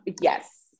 Yes